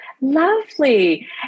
Lovely